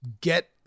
get